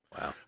Wow